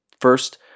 First